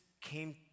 came